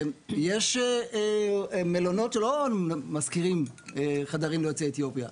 יש מלונות שלא משכירים חדרים ליוצאי אתיופיה.